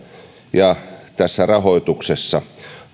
ja tässä rahoituksessa